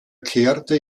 kehrte